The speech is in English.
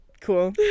Cool